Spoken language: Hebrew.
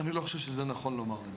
אני לא חושב שזה נכון לומר את זה.